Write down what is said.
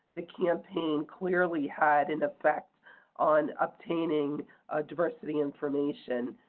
the campaign clearly had an effect on obtaining diversity information.